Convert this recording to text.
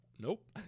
Nope